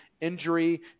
injury